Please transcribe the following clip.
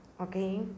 Okay